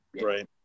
Right